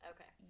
Okay